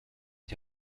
die